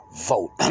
vote